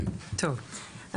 טוב,